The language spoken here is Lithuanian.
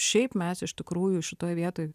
šiaip mes iš tikrųjų šitoj vietoj